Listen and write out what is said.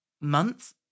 month